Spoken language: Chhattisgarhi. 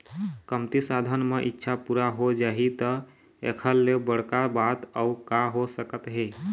कमती साधन म इच्छा पूरा हो जाही त एखर ले बड़का बात अउ का हो सकत हे